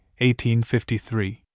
1853